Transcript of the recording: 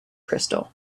crystal